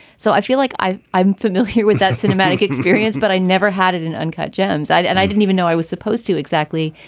so i feel like i i'm familiar with that cinematic experience, but i never had it in uncut gems and i didn't even know i was supposed to. exactly,